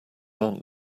aunt